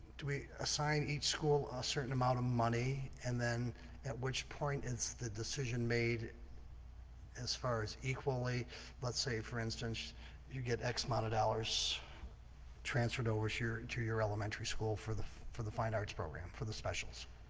do we assign each school a certain amount of money, and then at which point is the decision made as far as equally let's say for instance you get x amount of dollars transferred over here into your elementary school for the for the fine arts program for the specials.